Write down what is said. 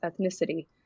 ethnicity